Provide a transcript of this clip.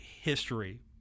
history